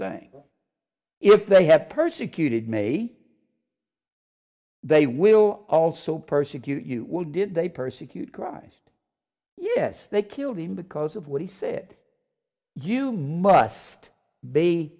saying if they have persecuted me they will also persecute you will did they persecute christ yes they killed him because of what he said you must be